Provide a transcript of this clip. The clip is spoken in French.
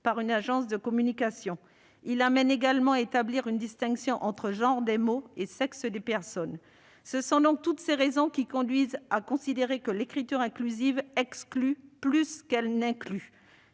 par une agence de communication, qui conduit à établir une distinction entre genre des mots et sexe des personnes. Ce sont donc toutes ces raisons qui conduisent à considérer que l'écriture inclusive exclut plus qu'elle n'inclut.